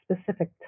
specific